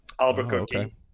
Albuquerque